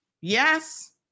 Yes